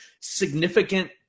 significant